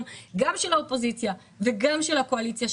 גם של האופוזיציה וגם של הקואליציה.